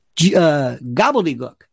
gobbledygook